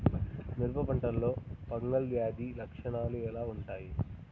మిరప పంటలో ఫంగల్ వ్యాధి లక్షణాలు ఎలా వుంటాయి?